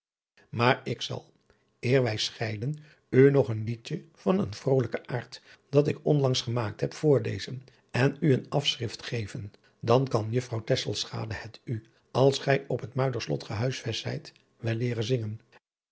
maar ik zal eer wij fcheiden u nog een liedje van een vrolijken aard dat ik onlangs gemaakt heb adriaan loosjes pzn het leven van hillegonda buisman voorlezen en u een afschrift geven dan kan juffrouw tesselschade het u als gij op het muiderslot gehuisvest zijt wel leeren zingen